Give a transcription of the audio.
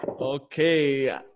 okay